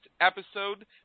episode